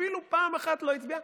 אפילו פעם אחת לא הצביעה,